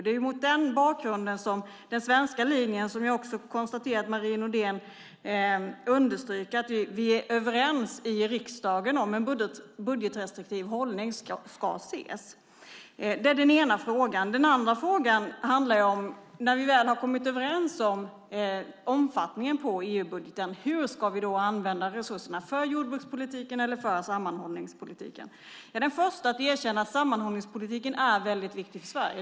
Det är mot den bakgrunden som den svenska linjen - och jag konstaterar att Marie Nordén understryker att vi är överens i riksdagen om den - om en budgetrestriktiv hållning ska ses. Det är den ena frågan. Den andra frågan handlar om hur vi, när vi väl kommit överens om omfattningen av EU-budgeten, ska använda resurserna, för jordbrukspolitiken eller för sammanhållningspolitiken. Jag är den första att erkänna att sammanhållningspolitiken är viktig för Sverige.